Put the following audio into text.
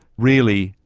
really,